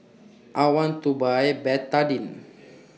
I want to Buy Betadine